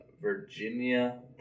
Virginia